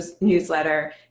newsletter